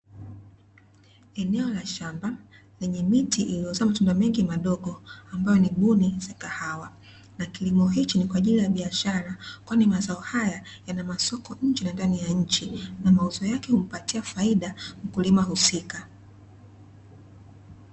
Eneo la shamba, lenye miti iliyozaa matunda mengi madogo ambayo ni buni za kahawa na kilimo hiki ni kwa ajili ya biashara, kwani mazao haya yanamasoko nje, na ndani ya nchi na mauzo yake humpatia faida mkulima husika.